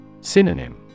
Synonym